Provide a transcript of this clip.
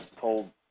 told